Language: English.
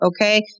Okay